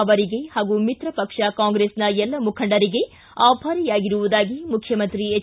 ಅವರಿಗೆ ಹಾಗೂ ಮಿತ್ರ ಪಕ್ಷ ಕಾಂಗ್ರೆಸ್ನ ಎಲ್ಲ ಮುಖಂಡರಿಗೆ ಆಭಾರಿಯಾಗಿರುವುದಾಗಿ ಮುಖ್ಯಮಂತ್ರಿ ಎಚ್